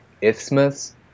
isthmus